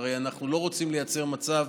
הרי אנחנו לא רוצים לייצר מצב,